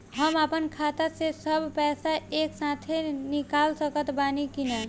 हम आपन खाता से सब पैसा एके साथे निकाल सकत बानी की ना?